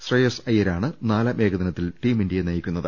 ശ്രേയസ്സ് അയ്യരാണ് നാലാം ഏകദിനത്തിൽ ടീം ഇന്ത്യയെ ഇന്ന് നയിക്കുന്നത്